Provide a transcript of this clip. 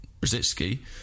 Brzezinski